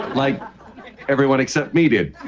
like everyone except me did